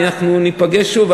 ב-19:00 אנחנו ניפגש שוב,